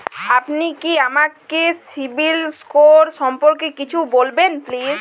আপনি কি আমাকে সিবিল স্কোর সম্পর্কে কিছু বলবেন প্লিজ?